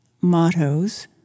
mottos